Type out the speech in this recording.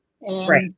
right